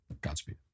Godspeed